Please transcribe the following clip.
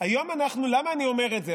היום אנחנו, למה אני אומר את זה?